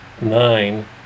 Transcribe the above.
nine